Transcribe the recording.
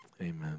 Amen